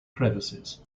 crevices